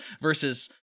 versus